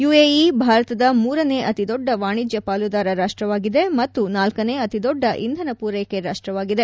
UAE ಭಾರತದ ಮೂರನೇ ಅತಿ ದೊದ್ದ ವಾಣಿಜ್ಯ ಪಾಲುದಾರ ರಾಷ್ಟವಾಗಿದೆ ಮತ್ತು ನಾಲ್ಕನೆ ಅತಿ ದೊಡ್ಡ ಇಂಧನ ಪೂರ್ವೆಕೆ ರಾಷ್ಟವಾಗಿದೆ